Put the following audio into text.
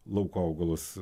lauko augalus